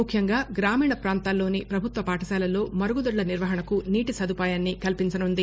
ముఖ్యంగా గ్రామీణ ప్రాంతాల్లోని పభుత్వ పాఠశాలల్లో మరుగుదొడ్ల నిర్వహణకు నీటి సదుపాయాన్ని కల్పించనున్నది